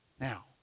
Now